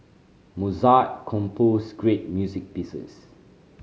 Mozart composed great music pieces